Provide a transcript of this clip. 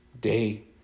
day